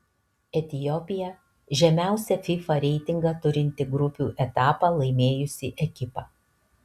etiopija žemiausią fifa reitingą turinti grupių etapą laimėjusi ekipa